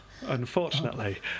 Unfortunately